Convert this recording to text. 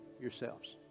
yourselves